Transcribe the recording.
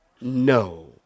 No